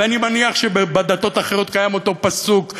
ואני מניח שבדתות האחרות קיים אותו פסוק,